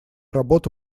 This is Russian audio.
работу